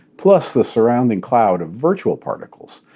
plus the surrounding cloud of virtual particles.